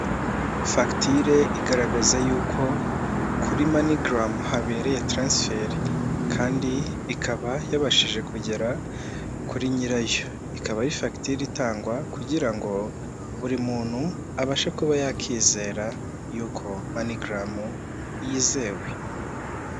Fagitire igaragaza yuko kuri ManeyGram habereye taransiferi kandi ikaba yabashije kugera kuri nyirayo, ikaba ari fagitire itangwa kugira ngo buri muntu abashe kuba yakizera y'uko MoneyGram yizewe.